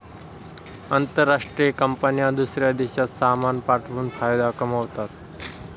आंतरराष्ट्रीय कंपन्या दूसऱ्या देशात सामान पाठवून फायदा कमावतात